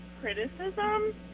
criticism